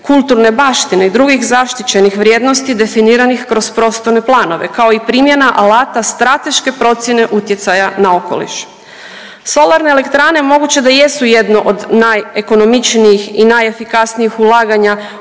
kulturne baštine i drugih zaštićenih vrijednosti definiranih kroz prostorne planove kao i primjena alata strateške procjene utjecaja na okoliš. Solarne elektrane moguće da jesu jedno od najekonomičnijih i najefikasnijih ulaganja